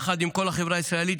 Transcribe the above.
יחד עם כל החברה הישראלית,